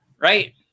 Right